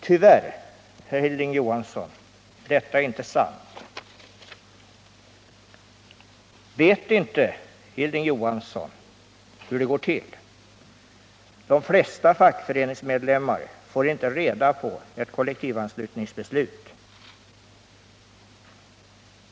Tyvärr, herr Hilding Johansson, är detta inte sant. Vet inte Hilding Johansson hur det går till? De flesta fackföreningsmedlemmar får inte reda på ett beslut om kollektivanslutning.